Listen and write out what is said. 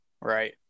Right